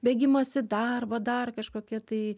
bėgimas į darbą dar kažkokie tai